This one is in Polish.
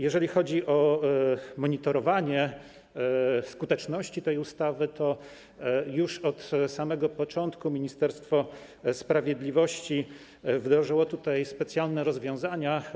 Jeżeli chodzi o monitorowanie skuteczności tej ustawy, to już od samego początku Ministerstwo Sprawiedliwości wdrożyło specjalne rozwiązania.